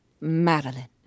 Madeline